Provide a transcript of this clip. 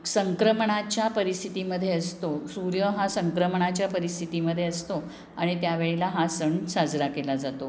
संक्रमणाच्या परिस्थितीमध्ये असतो सूर्य हा संक्रमणाच्या परिस्थितीमध्ये असतो आणि त्या वेळेला हा सण साजरा केला जातो